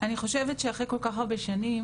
אני חושבת שאחרי כל כך הרבה שנים